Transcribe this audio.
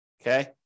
Okay